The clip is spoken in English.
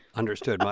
understood. but